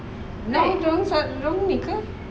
now dorang ni ke